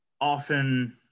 often